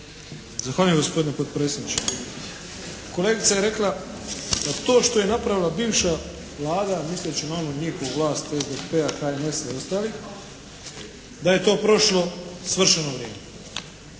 Zahvaljujem gospodine potpredsjedniče. Kolegica je rekla to što je napravila bivša Vlada misleći na onu njihovu vlast SDP-a, HNS-a i ostalih da je to prošlo, svršeno vrijeme,